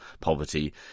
poverty